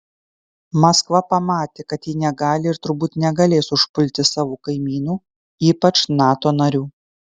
maskva pamatė kad ji negali ir turbūt negalės užpulti savo kaimynų ypač nato narių